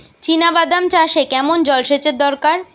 চিনাবাদাম চাষে কেমন জলসেচের দরকার?